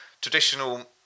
traditional